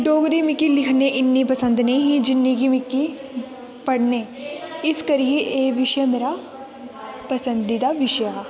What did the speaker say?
डोगरी मिकी लिखने ई इन्नी पसंद नेईं ही जिन्नी के मिकी पढ़ने इस करियै एह् बिशे मेरा पंसदीदा बिशे हा